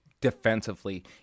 defensively